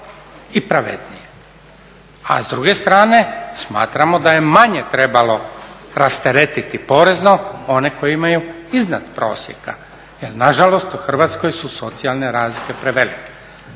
i pravednije. A s druge strane, smatramo da je manje trebalo rasteretiti porezno one koji imaju iznad prosjeka jer nažalost u Hrvatskoj su socijalne razlike prevelike.